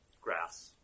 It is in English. grass